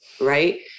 Right